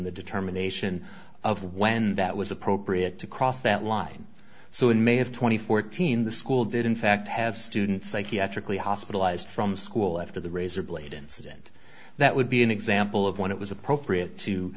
the determination of when that was appropriate to cross that line so in may of two thousand and fourteen the school did in fact have students psychiatrically hospitalized from school after the razorblade incident that would be an example of when it was appropriate to